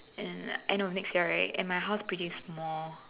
in end of next year right and my house pretty small